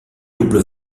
double